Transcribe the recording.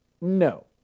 No